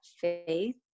faith